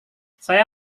saya